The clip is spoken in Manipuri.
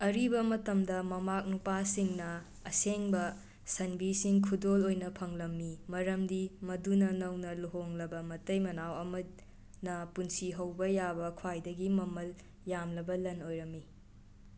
ꯑꯔꯤꯕ ꯃꯇꯝꯗ ꯅꯃꯥꯛ ꯅꯨꯄꯥꯁꯤꯡꯅ ꯑꯁꯦꯡꯕ ꯁꯟꯕꯤꯁꯤꯡ ꯈꯨꯗꯣꯜ ꯑꯣꯏꯅ ꯐꯪꯂꯝꯃꯤ ꯃꯔꯝꯗꯤ ꯃꯗꯨꯅ ꯅꯧꯅ ꯂꯨꯍꯣꯡꯂꯕ ꯃꯇꯩ ꯃꯅꯥꯎ ꯑꯃꯅ ꯄꯨꯟꯁꯤ ꯍꯧꯕ ꯌꯥꯕ ꯈ꯭ꯋꯥꯏꯗꯒꯤ ꯃꯃꯜ ꯌꯥꯝꯂꯕ ꯂꯟ ꯑꯣꯏꯔꯝꯃꯤ